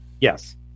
Yes